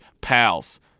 pals